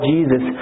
Jesus